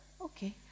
Okay